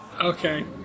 Okay